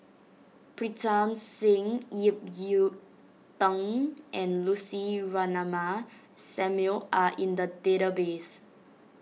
Pritam Singh Ip Yiu Tung and Lucy Ratnammah Samuel are in the database